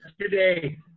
today